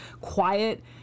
quiet